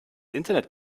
internet